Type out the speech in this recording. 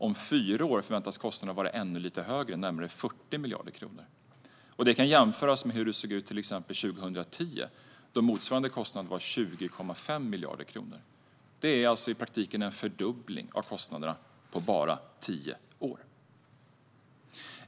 Om fyra år förväntas kostnaden vara ännu lite högre, ca 40 miljarder kronor. Detta kan jämföras med hur det såg ut 2010, då motsvarande kostnad var 20,5 miljarder kronor. Det handlar i praktiken om en fördubbling av kostnaderna på bara tio år.